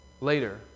later